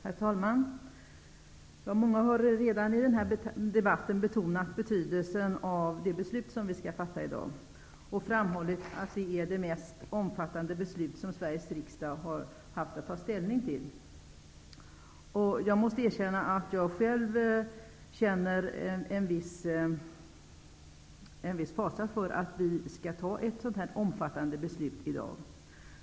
Herr talman! Många har redan i debatten betonat betydelsen av det beslut vi skall fatta i dag och framhållit att det är det mest omfattande beslut som Sveriges riksdag har haft att ta ställning till. Jag måste erkänna att jag själv känner en viss fasa för att vi skall fatta ett sådant omfattande beslut i dag.